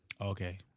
Okay